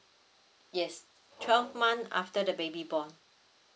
yes twelve month after the baby born